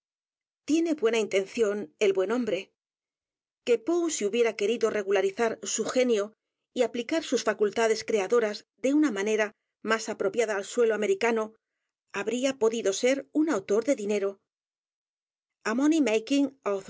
poe buena intención el buen hombre que p o e si hubiera querido regularizar su genio y aplicar sus facultades creadoras de u n a manera más apropiada al suelo americano habría podido ser un autor de dinero